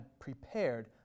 prepared